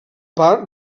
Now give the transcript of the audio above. part